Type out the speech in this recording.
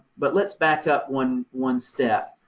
but let's back up one, one step,